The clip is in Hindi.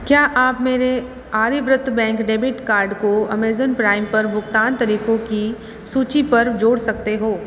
क्या आप मेरे आर्यव्रत बैंक डेबिट कार्ड को अमेज़न प्राइम पर भुगतान तरीकों की सूची पर जोड़ सकते हो